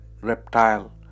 reptile